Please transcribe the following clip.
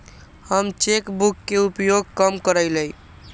हम cheque book के उपयोग कम करइले